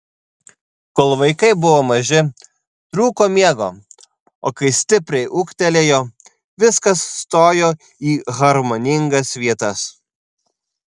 kol vaikai buvo maži trūko miego o kai stipriai ūgtelėjo viskas stojo į harmoningas vietas